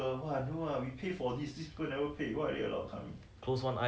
give and take lor yes correct